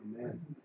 Amen